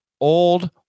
old